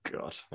God